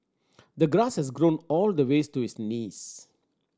the grass has grown all the ways to his knees